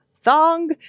thong